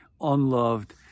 unloved